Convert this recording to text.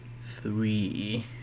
three